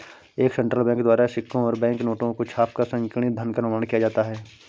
एक central bank द्वारा सिक्कों और बैंक नोटों को छापकर संकीर्ण धन का निर्माण किया जाता है